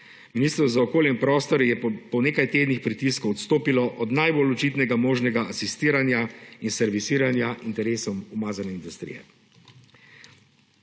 Ministrstvo za okolje in prostor je po nekaj tednih pritiskov odstopilo od najbolj očitnega možnega asistiranja in servisiranja interesom umazane industrije.